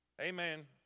Amen